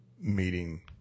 meeting